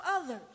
others